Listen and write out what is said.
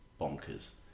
bonkers